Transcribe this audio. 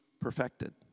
perfected